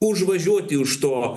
užvažiuoti už to